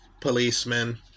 policemen